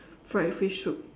fried fish soup